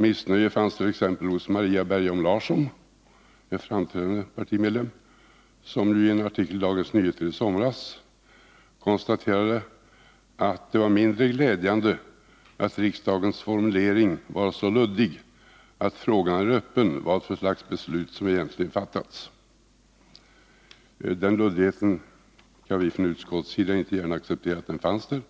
Missnöje fanns t.ex. hos Maria Bergom Larsson, en framträdande partimedlem, som ju i en artikel i Dagens Nyheter i somras konstaterade att det var mindre glädjande att riksdagens formulering var så luddig att det är en öppen fråga vad för slags beslut som egentligen fattats. Vi från utskottets sida kan inte gärna acceptera att den luddigheten fanns där;